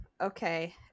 okay